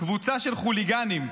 קבוצה של חוליגנים,